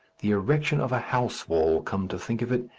the erection of a house-wall, come to think of it,